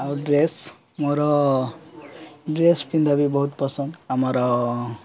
ଆଉ ଡ୍ରେସ୍ ମୋର ଡ୍ରେସ୍ ପିନ୍ଧା ବି ବହୁତ ପସନ୍ଦ ଆମର